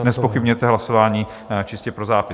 Nezpochybňujete hlasování, čistě pro zápis.